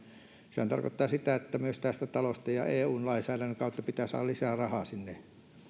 sehän tarkoittaa sitä että myös tästä talosta ja eun lainsäädännön kautta pitää saada lisää rahaa sinne